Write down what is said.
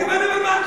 לגבי ליברמן.